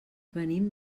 venim